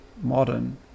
Modern